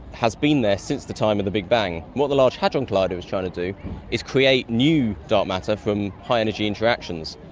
has been there since the time of the big bang. what the large hadron collider is trying to do is create new dark matter from high energy interactions.